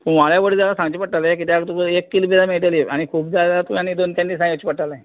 कुवाळ्या वडी जाल्यार सांगचे पडटलें कित्याक तुका एक कील बी मेळटली आनी खूब जाय जाल्यार दोन तीन दिसान येवचें पडटलें